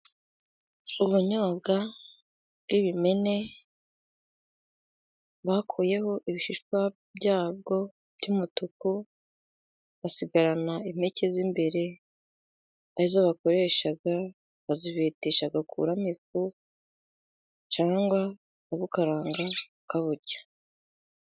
Ubunyobwa bw'ibimene bakuyeho ibishishwa byabwo by'umutuku, basigarana impeke z'imbere ari zo bakoresha bazibetesha bagakuramo ifu, cyangwa bakabukaranga bakaburya.